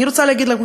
אני רוצה להגיד לכם,